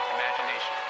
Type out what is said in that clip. imagination